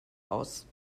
aus